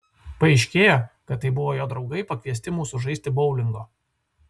paaiškėjo kad tai buvo jo draugai pakviesti mūsų žaisti boulingo